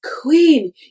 queen